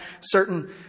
certain